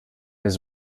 his